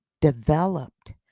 developed